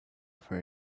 for